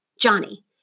Johnny